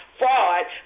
fraud